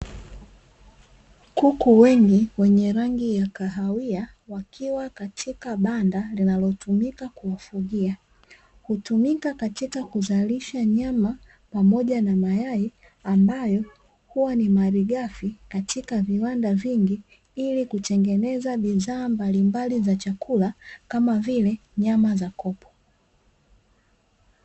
Kuku wengi wenye rangi ya kahawia wakiwa katika banda, linalotumika kuwafugia. Hutumika katika kuzalisha nyama pamoja na mayai, ambayo huwa ni malighafi katika viwanda vingi, ili kutengeneza bidhaa mbalimbali za chakula, kama vile nyama za kopo.